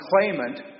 claimant